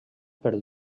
per